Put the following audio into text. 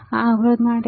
આ અવરોધ માટે છે